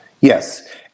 Yes